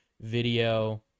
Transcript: video